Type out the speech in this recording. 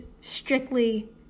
strictly